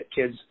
kids